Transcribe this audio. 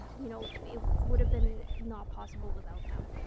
you know, it would have been not possible without them.